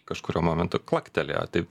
kažkuriuo momentu klaktelėjo tai